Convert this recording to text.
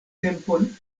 tempon